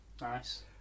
Nice